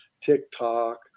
TikTok